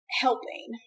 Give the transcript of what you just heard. helping